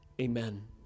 amen